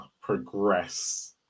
progress